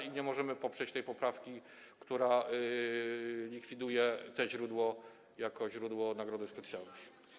I nie możemy poprzeć tej poprawki, która likwiduje to źródło jako źródło nagrody specjalnej.